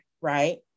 right